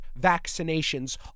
vaccinations